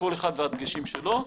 כל אחד והדגשים שלו.